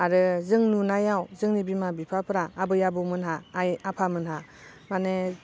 आरो जों नुनायाव जोंनि बिमा बिफाफोरा आबै आबौमोनहा आइ आफामोनहा माने